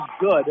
good